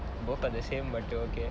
both are the same but okay